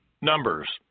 Numbers